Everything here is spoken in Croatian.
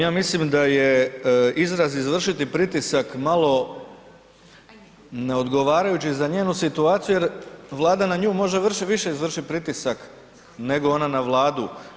Ja mislim da je izraz „izvršiti pritisak“ malo neodgovarajući za njenu situaciju jer Vlada na nju može više izvršiti pritisak nego ona na Vladu.